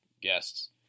guests